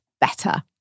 better